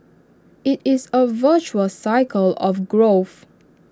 IT is A virtuous cycle of growth